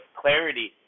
clarity